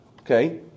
Okay